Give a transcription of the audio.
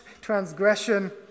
transgression